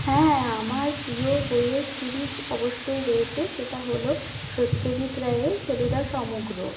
হ্যাঁ আমার প্রিয় বইয়ের সিরিজ অবশ্যই রয়েছে সেটা হল সত্যজিৎ রায়ের ফেলুদা সমগ্র